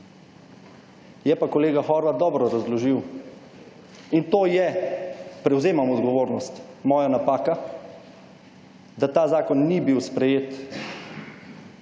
Je pa kolega Horvat dobro razložil in to je, prevzemam odgovornost, moja napaka, da ta zakon ni bil sprejet